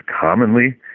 commonly